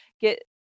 get